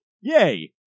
Yay